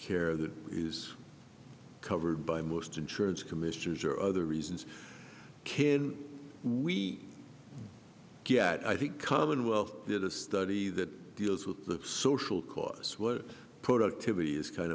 care that is covered by most insurance commissioners or other reasons can we get i think commonwealth did a study that deals with the social costs what productivity is kind